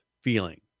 feeling